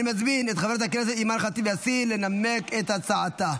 אני מזמין את חברת הכנסת אימאן ח'טיב יאסין לנמק את הצעתה.